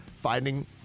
finding